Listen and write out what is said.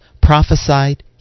prophesied